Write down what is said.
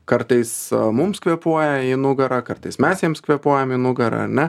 kartais mums kvėpuoja į nugarą kartais mes jiems kvėpuojam į nugarą ar ne